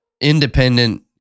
independent